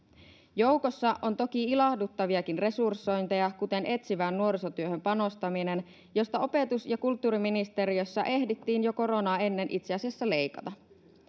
joukossa on toki ilahduttaviakin resursointeja kuten etsivään nuorisotyöhön panostaminen josta opetus ja kulttuuriministeriössä ehdittiin jo koronaa ennen itse asiassa leikata